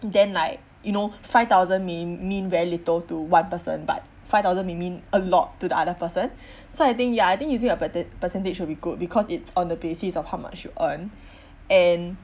then like you know five thousand mean mean very little to one person but five thousand may mean a lot to the other person so I think ya I think using a patet percentage will be good because it's on the basis of how much you earn and